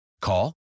Call